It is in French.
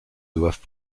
doivent